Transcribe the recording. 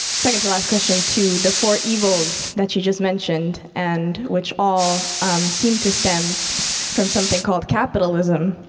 second to last question to the four evils that you just mentioned and which all seem to stem from something called capitalism.